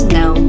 now